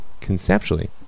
conceptually